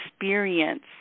experience